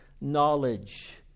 knowledge